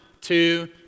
two